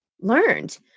learned